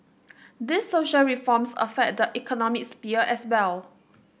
these social reforms affect the economic sphere as well